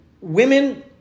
Women